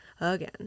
again